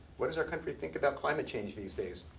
what does our country think about climate change these days?